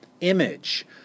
image